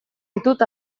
ditut